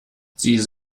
sie